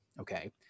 okay